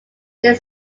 lead